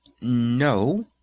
No